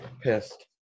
pissed